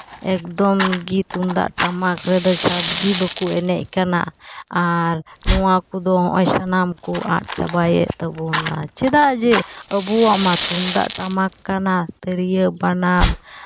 ᱮᱠᱫᱚᱢᱜᱮ ᱛᱩᱢᱫᱟᱜ ᱴᱟᱢᱟᱠ ᱨᱮᱜᱮ ᱪᱟᱯᱜᱮ ᱵᱟᱠᱚ ᱮᱱᱮᱡ ᱠᱟᱱᱟ ᱟᱨ ᱱᱚᱣᱟ ᱠᱚᱫᱚ ᱱᱚᱜᱼᱚᱸᱭ ᱥᱟᱱᱟᱢ ᱠᱚ ᱟᱫ ᱪᱟᱵᱟᱭᱮᱜ ᱛᱟᱵᱚᱱᱟ ᱪᱮᱫᱟᱜ ᱡᱮ ᱟᱵᱚᱣᱟᱜ ᱢᱟ ᱛᱩᱢᱫᱟᱜ ᱴᱟᱢᱟᱠ ᱠᱟᱱᱟ ᱛᱤᱨᱭᱟᱹ ᱵᱟᱱᱟᱢ